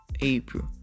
April